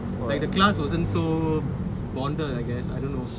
like the class wasn't so bonded I guess I don't know